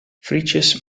frietjes